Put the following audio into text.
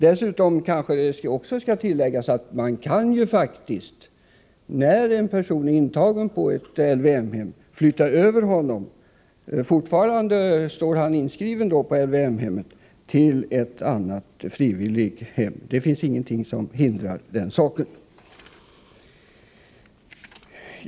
Dessutom skall det tilläggas att man faktiskt när en person är intagen på ett LVM-hem kan flytta över honom till ett frivillighem, medan han fortfarande är inskriven på LVM-hemmet. Det finns ingenting som hindrar detta.